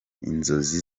inzozi